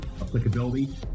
applicability